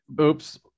Oops